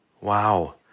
Wow